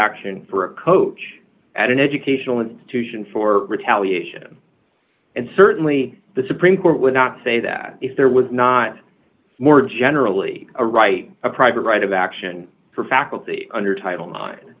action for a coach at an educational institution for retaliation and certainly the supreme court would not say that if there was not more generally a right a private right of action for faculty under title mine